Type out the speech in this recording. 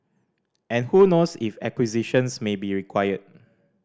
and who knows if acquisitions may be required